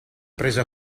prese